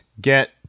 get